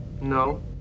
No